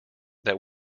that